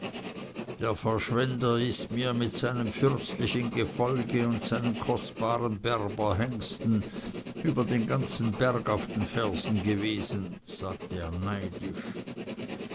der verschwender ist mir mit seinem fürstlichen gefolge und seinen kostbaren berberhengsten über den ganzen berg auf den fersen gewesen sagte er neidisch